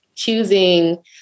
choosing